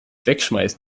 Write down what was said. wegschmeißen